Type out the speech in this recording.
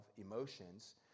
emotions